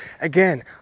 again